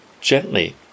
gently